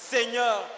Seigneur